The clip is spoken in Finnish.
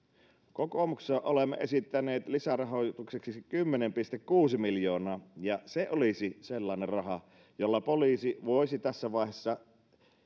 kokoomuksessa olemme esittäneet lisärahoitukseksi kymmenen pilkku kuusi miljoonaa ja se olisi sellainen raha jolla poliisi voisi tässä vaiheessa